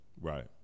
Right